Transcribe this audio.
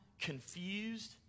confused